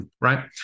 Right